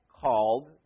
called